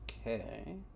Okay